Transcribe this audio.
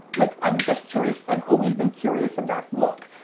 like. i'm just curious. i've always been curious of that look.